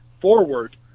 forward